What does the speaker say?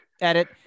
edit